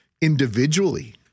individually